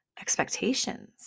expectations